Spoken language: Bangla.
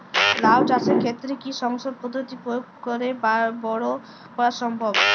লাও চাষের ক্ষেত্রে কি সংকর পদ্ধতি প্রয়োগ করে বরো করা সম্ভব?